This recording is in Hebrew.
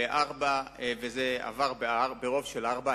וזה עבר ברוב של ארבעה.